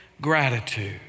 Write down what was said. gratitude